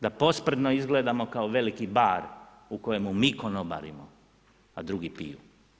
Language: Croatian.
Da posprdno izgledamo kao veliki bar u kojemu mi konobarimo, a drugi piju.